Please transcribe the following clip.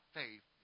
faith